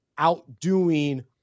outdoing